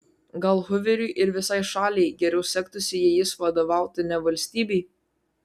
gal huveriui ir visai šaliai geriau sektųsi jei jis vadovautų ne valstybei